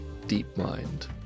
DeepMind